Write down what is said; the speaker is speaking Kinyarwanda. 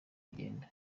bigenda